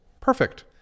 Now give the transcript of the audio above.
perfect